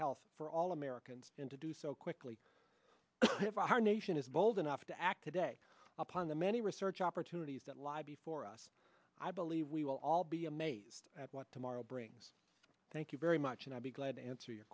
health for all americans in to do so quickly if our nation is bold enough to act today upon the many research opportunities that lie before us i believe we will all be amazed at what tomorrow brings thank you very much and i'll be glad to answer your